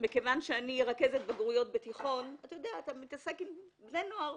מכיוון שאני רכזת בגרויות בתיכון אני מתעסקת עם בני נוער.